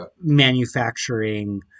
manufacturing